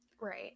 Right